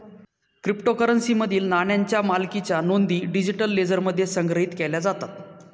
क्रिप्टोकरन्सीमधील नाण्यांच्या मालकीच्या नोंदी डिजिटल लेजरमध्ये संग्रहित केल्या जातात